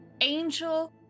Angel